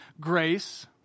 grace